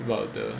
about the